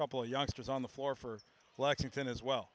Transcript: couple of youngsters on the floor for lexington as well